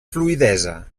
fluïdesa